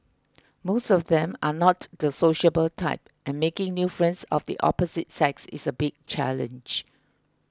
most of them are not the sociable type and making new friends of the opposite sex is a big challenge